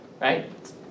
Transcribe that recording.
right